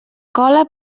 cola